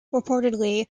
reportedly